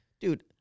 Dude